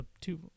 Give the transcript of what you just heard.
two